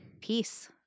peace